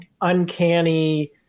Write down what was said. uncanny